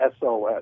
SOS